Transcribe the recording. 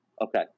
Okay